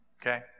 Okay